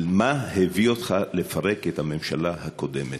מה הביא אותך לפרק את הממשלה הקודמת?